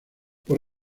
por